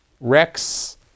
Rex